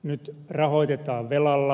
nyt rahoitetaan velalla